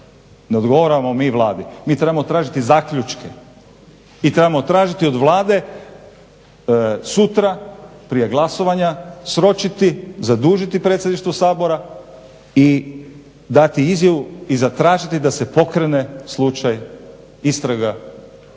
Ne odgovaramo mi Vladi. Mi trebamo tražiti zaključke i trebamo tražiti od Vlade sutra prije glasovanja, sročiti, zadužiti predsjedništvo Sabora, dati izjavu i zatražiti da se pokrene slučaj istraga oko